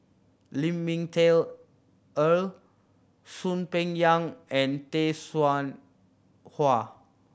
Lin Ming Teh Earl Soon Peng Yam and Tay Seow Huah